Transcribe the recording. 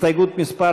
הסתייגות מס'